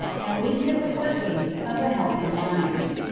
and we get the working of a healthy mind.